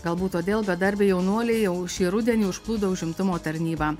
galbūt todėl bedarbiai jaunuoliai jau šį rudenį užplūdo užimtumo tarnybą